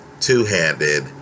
two-handed